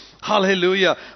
Hallelujah